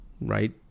right